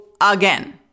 again